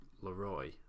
Leroy